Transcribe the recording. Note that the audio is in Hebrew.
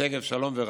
שגב שלום ורהט.